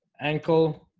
ankle.